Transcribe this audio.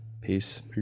Peace